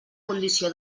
condició